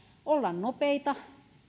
olla nopeita